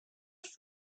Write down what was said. first